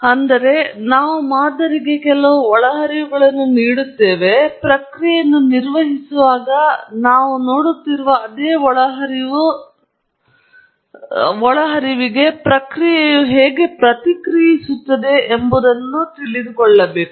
ಆದ್ದರಿಂದ ನಾವು ಮಾದರಿಗೆ ಕೆಲವು ಒಳಹರಿವುಗಳನ್ನು ನೀಡುತ್ತೇವೆ ನಾವು ಪ್ರಕ್ರಿಯೆಯನ್ನು ನಿರ್ವಹಿಸುವಾಗ ನಾವು ನೋಡುತ್ತಿರುವ ಅದೇ ಒಳಹರಿವು ಮತ್ತು ಪ್ರಕ್ರಿಯೆಯು ಹೇಗೆ ಪ್ರತಿಕ್ರಿಯಿಸುತ್ತದೆ ಎಂಬುದನ್ನು ಕೇಳಿ